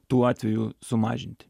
tų atvejų sumažinti